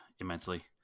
immensely